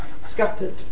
Scuppered